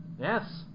Yes